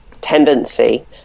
tendency